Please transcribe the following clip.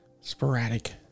sporadic